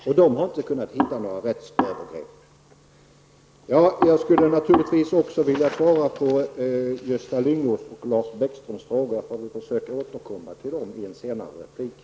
Lagrådet har inte kunnat hitta något som tyder på rättsövergrepp. Jag skulle naturligtvis också vilja svara på Gösta Lyngås och Lars Bäckströms frågor, men jag får återkomma till deras frågor i en senare replik.